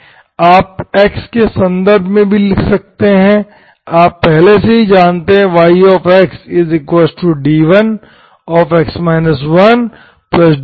आप x के संदर्भ में भी लिख सकते हैं आप पहले से ही जानते हैं